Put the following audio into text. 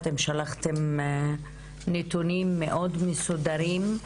אתם שלחתם נתונים מאוד מסודרים,